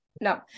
No